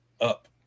up